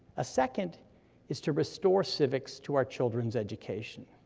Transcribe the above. a second is to restore civics to our children's education.